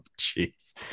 jeez